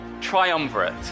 triumvirate